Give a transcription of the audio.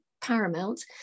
paramount